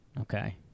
Okay